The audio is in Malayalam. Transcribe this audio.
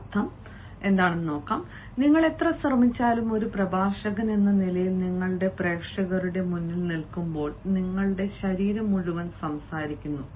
അർത്ഥം നിങ്ങൾ എത്ര ശ്രമിച്ചാലും ഒരു പ്രഭാഷകനെന്ന നിലയിൽ നിങ്ങൾ പ്രേക്ഷകരുടെ മുന്നിൽ നിൽക്കുമ്പോൾ നിങ്ങളുടെ ശരീരം മുഴുവൻ സംസാരിക്കുന്നു